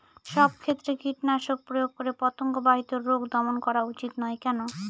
সব ক্ষেত্রে কীটনাশক প্রয়োগ করে পতঙ্গ বাহিত রোগ দমন করা উচিৎ নয় কেন?